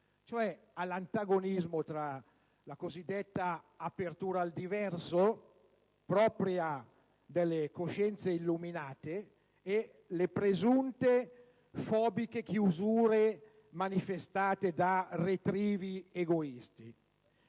cioè all'antagonismo tra la cosiddetta apertura al diverso, propria delle coscienze illuminate, e le presunte fobiche chiusure manifestate da retrivi egoisti.